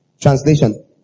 translation